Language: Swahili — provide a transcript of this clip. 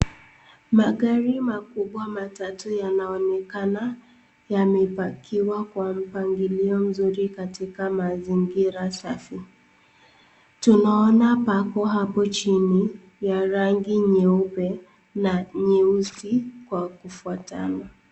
Magari makubwa matatu yanaonekana yamepakiwa kwa mpangilio mzuri katika mazingira safi. Tunaona pako hapo chini ya rangi nyeupe na nyeusi kwa kufuatana.